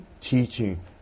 teaching